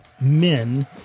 men